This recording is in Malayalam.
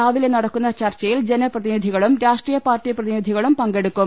രാവിലെ നടക്കുന്ന ചർച്ചയിൽ ജനപ്രതിനിധികളും രാഷ്ട്രീയപാർട്ടി പ്രതിനിധികളും പങ്കെടുക്കും